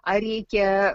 ar reikia